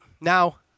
Now